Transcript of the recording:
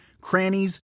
crannies